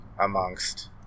amongst